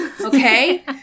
okay